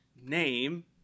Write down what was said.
name